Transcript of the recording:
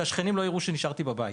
שהשכנים והילדים לא יראו שנשארתי בבית.